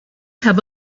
have